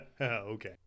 Okay